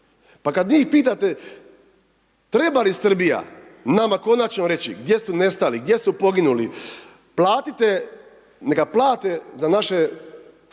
Pa kad njih pitate treba li Srbija nama konačno reći gdje su nestali, gdje su poginuli, platite, neka plate za naše,